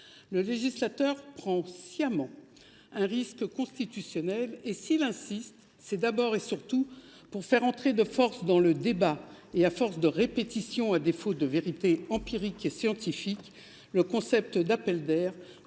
Le législateur prend sciemment un risque constitutionnel. S’il insiste, c’est d’abord et surtout pour faire entrer dans le débat, à force de répétition et à défaut de vérité empirique et scientifique, le concept d’appel d’air